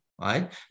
right